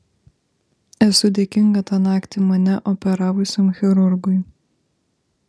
esu dėkinga tą naktį mane operavusiam chirurgui